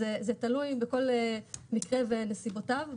זה תלוי בכל מקרה וסיבותיו.